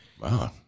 Wow